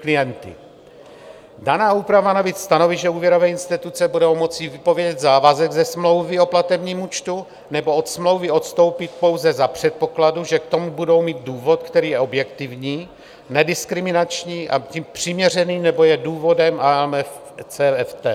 Daná úprava navíc stanoví, že úvěrové instituce budou moci vypovědět závazek ze smlouvy o platebním účtu nebo od smlouvy odstoupit pouze za předpokladu, že k tomu budou mít důvod, který je objektivní, nediskriminační a přiměřený, nebo je důvodem AML/CFT.